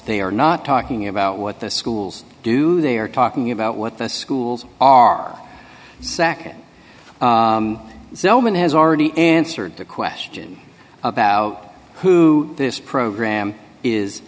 they are not talking about what the schools do they are talking about what the schools are sakit somen has already answered the question about who this program is